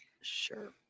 Sure